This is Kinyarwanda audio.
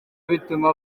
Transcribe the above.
bituma